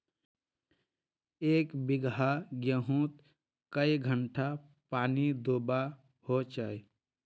एक बिगहा गेँहूत कई घंटा पानी दुबा होचए?